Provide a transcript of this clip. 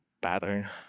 pattern